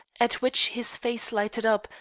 at which his face lighted up,